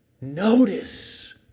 notice